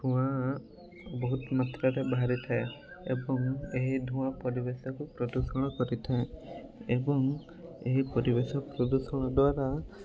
ଧୂଆଁ ବହୁତ ମାତ୍ରାରେ ବାହାରିଥାଏ ଏବଂ ସେହି ଧୂଆଁ ପରିବେଶକୁ ପ୍ରଦୂଷଣ କରିଥାଏ ଏବଂ ଏହି ପରିବେଶ ପ୍ରଦୂଷଣ ଦ୍ୱାରା